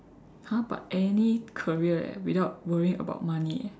!huh! but any career eh without worrying about money eh